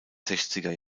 sechziger